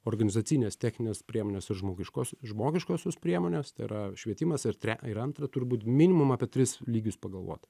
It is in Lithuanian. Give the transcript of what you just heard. organizacinės techninės priemonės ir žmogiškos žmogiškosios priemonės tai yra švietimas ir tre ir antra turi būt minimum apie tris lygius pagalvot